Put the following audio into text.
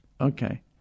Okay